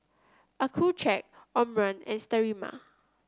Accucheck Omron and Sterimar